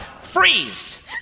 freeze